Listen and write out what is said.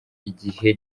igihe